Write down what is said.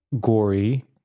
gory